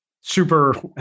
super